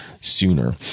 sooner